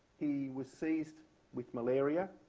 he was seized with malaria,